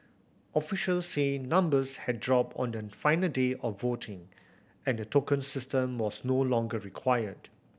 officials said numbers had dropped on the final day of voting and the token system was no longer required